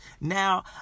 Now